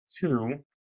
two